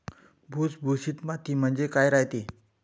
भुसभुशीत माती म्हणजे काय रायते?